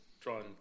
drawn